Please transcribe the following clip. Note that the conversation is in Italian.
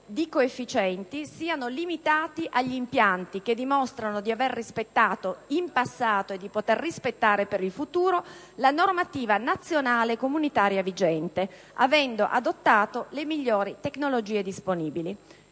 di coefficienti sono limitati agli impianti che dimostrano di aver rispettato in passato e di poter rispettare in futuro la normativa nazionale e comunitaria vigente, avendo adottato le migliori tecnologie disponibili.